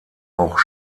auch